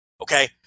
okay